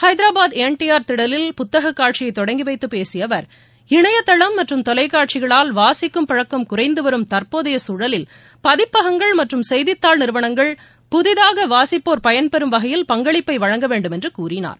Hyderabad N T R திடலில் புத்தக்காட்சியை தொடங்கி வைத்து பேசிய அவர் இணையதளம் மற்றும் தொலைக்காட்சிகளால் வாசிக்கும் பழக்கம் குறைந்துவரும் தற்போதைய சூழலில் பதிப்பகங்கள் மற்றும் செய்தித்தாள் நிறுவனங்கள் புதிதாக வாசிப்போா் பயன்பெறும் வகையில் பங்களிப்பை வழங்க வேண்டுமென்று கூறினார்